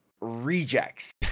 rejects